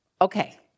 okay